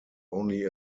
only